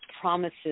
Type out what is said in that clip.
promises